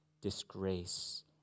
disgrace